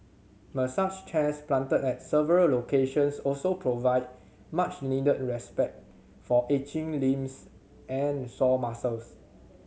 massage chairs planted at several locations also provide much needed respite for aching limbs and sore muscles